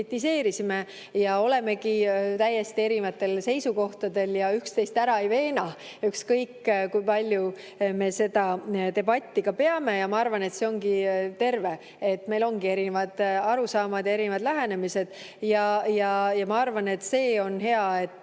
Me olemegi täiesti erinevatel seisukohtadel ja üksteist ära ei veena, ükskõik kui palju me seda debatti ka ei peaks. Ma arvan, et see ongi terve [lähenemine], meil ongi erinevad arusaamad ja erinevad lähenemised. Ma arvan, et on hea